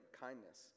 kindness